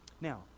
Now